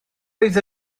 oedd